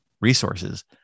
resources